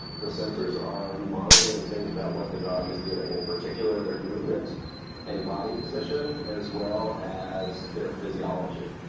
the sensors are monitoring things about what the dog is doing, in particular their movements and body position as well as their physiology.